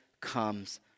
comes